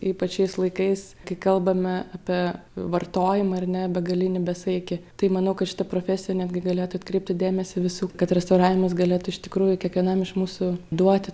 ypač šiais laikais kai kalbame apie vartojimą ar ne begalinį besaikį tai manau kad šita profesija netgi galėtų atkreipti dėmesį visų kad restauravimas galėtų iš tikrųjų kiekvienam iš mūsų duoti